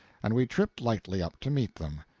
and we tripped lightly up to meet them.